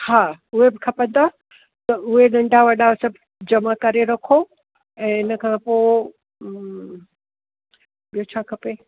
हा उहे बि खपंदा त उहे नंढा वॾा सभु जमा करे रखो ऐं इनखां पोइ ॿियो छा खपे